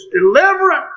deliverance